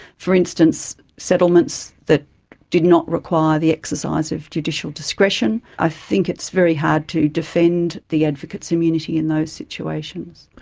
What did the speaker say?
for instance, settlements that did not require the exercise of judicial discretion, i think it's very hard to defend the advocates' immunity in those situations.